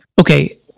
Okay